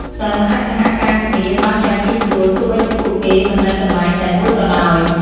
សិស្សអាចសហការគ្នាបានយ៉ាងងាយស្រួល ទោះបីជាពួកគេមិននៅកន្លែងតែមួយក៏ដោយ។